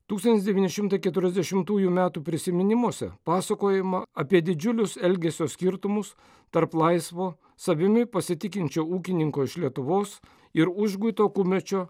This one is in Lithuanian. tūkstantis devyni šimtai keturiasdešimtųjų metų prisiminimuose pasakojama apie didžiulius elgesio skirtumus tarp laisvo savimi pasitikinčio ūkininko iš lietuvos ir užguito kumečio